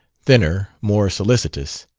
thinner, more solicitous.